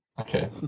Okay